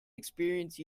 experience